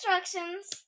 instructions